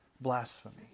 blasphemy